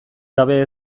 gabe